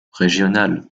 régional